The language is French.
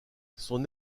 son